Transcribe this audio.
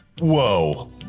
Whoa